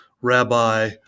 Rabbi